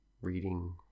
reading